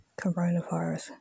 coronavirus